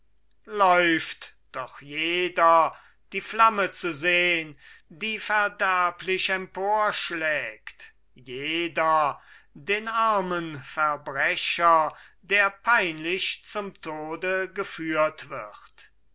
läuft doch jeder die flamme zu sehn die verderblich emporschlägt jeder den armen verbrecher der peinlich zum tode geführt wird